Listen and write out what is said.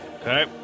Okay